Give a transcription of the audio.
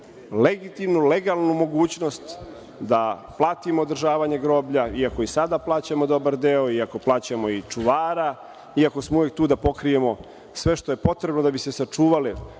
legitimnu, legalnu mogućnost da platimo održavanje groblja i ako i sada plaćamo dobar deo, iako plaćamo čuvara, iako smo uvek tu da pokrijemo sve što je potrebno da bi se sačuvalo